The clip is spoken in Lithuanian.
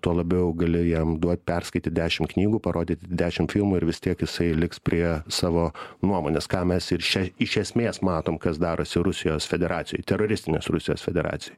tuo labiau gali jam duot perskaityt dešim knygų parodyt dešimt filmų ir vis tiek jisai liks prie savo nuomonės ką mes ir čia iš esmės matom kas darosi rusijos federacijoj teroristinės rusijos federacijoj